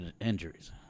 injuries